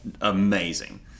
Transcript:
amazing